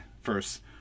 first